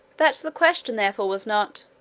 that the question therefore was not,